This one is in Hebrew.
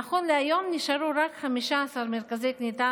נכון להיום נשארו רק 15 מרכזי קליטה